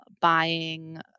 buying